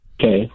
Okay